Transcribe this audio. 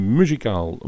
muzikaal